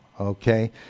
okay